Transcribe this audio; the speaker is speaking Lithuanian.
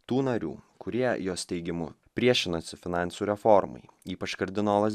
tų narių kurie jos teigimu priešinasi finansų reformai ypač kardinolas